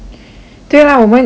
对 lah 我们一个我